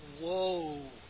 whoa